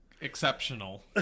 exceptional